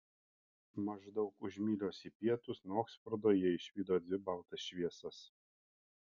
maždaug už mylios į pietus nuo oksfordo jie išvydo dvi baltas šviesas